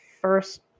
first